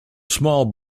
small